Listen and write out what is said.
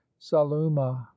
saluma